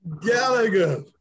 Gallagher